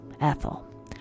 Ethel